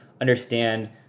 understand